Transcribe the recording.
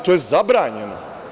To je zabranjeno.